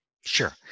Sure